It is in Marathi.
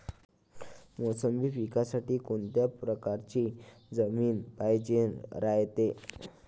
मोसंबी पिकासाठी कोनत्या परकारची जमीन पायजेन रायते?